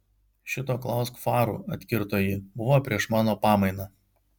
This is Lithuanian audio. šito klausk farų atkirto ji buvo prieš mano pamainą